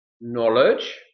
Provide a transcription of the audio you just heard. knowledge